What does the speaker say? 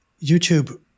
YouTube